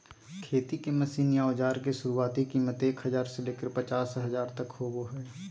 खेती के मशीन या औजार के शुरुआती कीमत एक हजार से लेकर पचास हजार तक होबो हय